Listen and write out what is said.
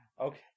Okay